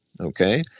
Okay